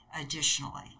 additionally